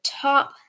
top